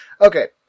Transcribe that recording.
Okay